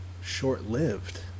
short-lived